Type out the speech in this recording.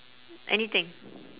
anything